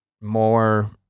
more